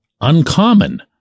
uncommon